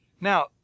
Now